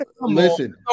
listen